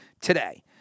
today